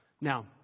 Now